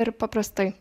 ir paprastai